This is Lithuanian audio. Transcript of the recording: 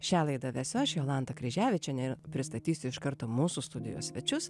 šią laidą vesiu aš jolanta kryževičienė ir pristatysiu iš karto mūsų studijos svečius